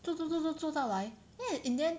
做做做做做到来 then in the end